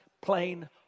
plain